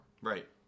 Right